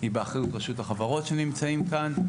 היא באחריות רשות החברות שנמצאים כאן,